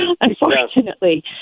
unfortunately